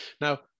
Now